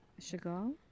Chagall